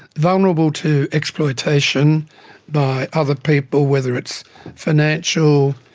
vulnerable to exploitation by other people, whether it's financial,